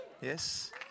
Yes